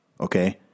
okay